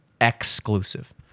exclusive